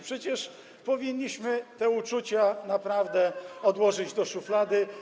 Przecież powinniśmy te uczucia naprawdę odłożyć do szuflady.